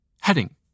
Heading